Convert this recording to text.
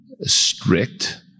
strict